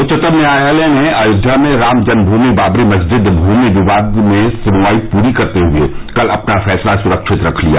उच्चतम न्यायालय ने अयोध्या में राम जन्मभूमि बाबरी मस्जिद भूमि विवाद में सुनवाई पूरी करते हुए कल अपना फैसला सुरक्षित रख लिया